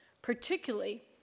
particularly